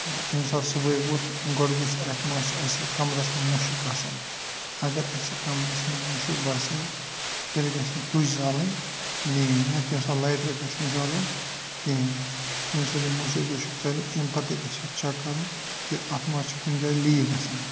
تہٕ ییٚمہِ ساتہٕ صُبحٲے ووٚتھ گۄڈٕ وٕچھ اَتھ ما چھُ اسہِ کَمبرَس مُشُک آسان اگر اسہِ کَمبرَس منٛز مُشُک باسیو تیٚلہِ گَژھِ نہٕ تُج زالٕنۍ کِہیٖنۍ یا تَمہِ ساتہٕ لایِٹَر گَژھِ نہٕ زالُن کِہیٖنۍ ییٚمہِ ساتہٕ یہِ مُشُک وُشُک ژَلہِ تمہِ پتہٕ تہِ گَژھِ اَتھ چیک کَرُن کہِ اَتھ ما چھُ کُنہِ جاے لیٖک گَژھان